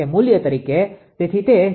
તેથી તે 0